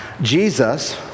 Jesus